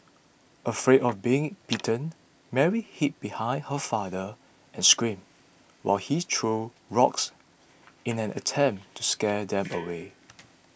afraid of being bitten Mary hid behind her father and screamed while he threw rocks in an attempt to scare them away